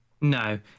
No